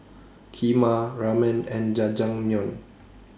Kheema Ramen and Jajangmyeon